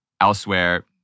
elsewhere